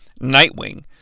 Nightwing